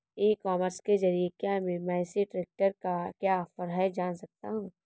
ई commerce के ज़रिए क्या मैं मेसी ट्रैक्टर का क्या ऑफर है जान सकता हूँ?